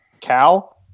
Cal